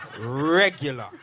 Regular